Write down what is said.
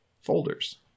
folders